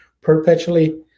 perpetually